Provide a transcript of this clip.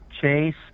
Chase